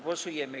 Głosujemy.